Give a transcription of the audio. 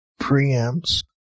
preamps